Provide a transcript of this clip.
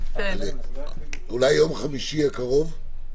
אולי יום חמישי הקרוב?